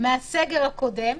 מהסגר הקודם,